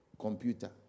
computer